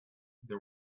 they